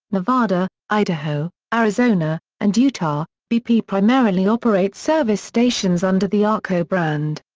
nevada, idaho, arizona, and utah, bp primarily operates service stations under the arco brand.